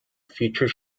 future